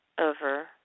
over